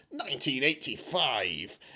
1985